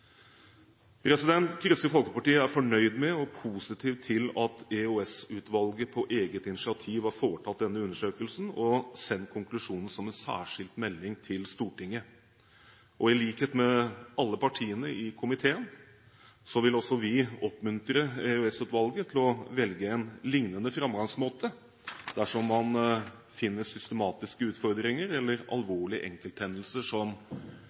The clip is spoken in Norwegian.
Kristelig Folkeparti er fornøyd med og positiv til at EOS-utvalget på eget initiativ har foretatt denne undersøkelsen og sendt konklusjonen som en særskilt melding til Stortinget. I likhet med alle de andre partiene i komiteen vil også vi oppmuntre EOS-utvalget til å velge en lignende framgangsmåte dersom man finner systematiske utfordringer eller alvorlige enkelthendelser som